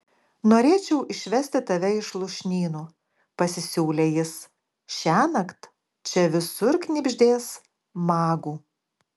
norėčiau išvesti tave iš lūšnynų pasisiūlė jis šiąnakt čia visur knibždės magų